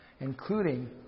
including